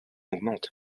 augmente